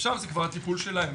ושם זה כבר הטיפול שלם.